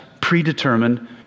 predetermined